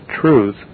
truth